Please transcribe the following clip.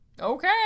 Okay